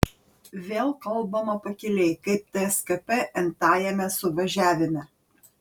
vėl kalbama pakiliai kaip tskp n tajame suvažiavime